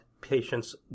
patients